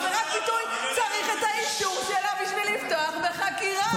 בעבירת ביטוי צריך את האישור שלה בשביל לפתוח בחקירה.